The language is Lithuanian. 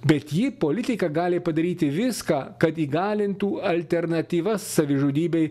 bet jį politika gali padaryti viską kad įgalintų alternatyvas savižudybei